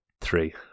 three